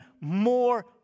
more